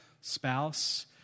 spouse